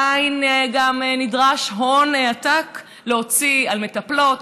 עדיין נדרש הון עתק להוציא על מטפלות,